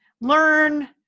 Learn